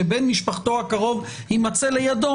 שבן משפחתו הקרוב יימצא לידו.